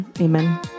Amen